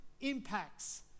impacts